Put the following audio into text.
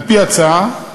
על-פי ההצעה,